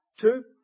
Two